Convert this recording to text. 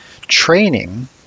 training